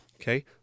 okay